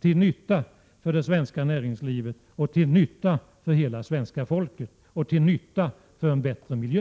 till nytta för det svenska näringslivet, till nytta för hela svenska folket och till nytta för en bättre miljö.